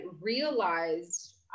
realized